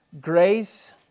grace